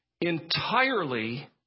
entirely